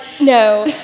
No